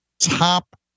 top